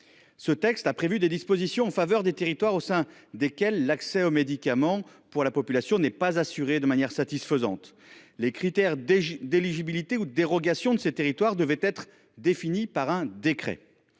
Ce texte a prévu des dispositions en faveur des territoires au sein desquels l’accès au médicament pour la population n’est pas assuré de manière satisfaisante. Les critères d’éligibilité de ces territoires devaient être définis par décret.